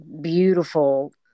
beautiful